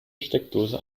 steckdose